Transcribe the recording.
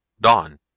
Dawn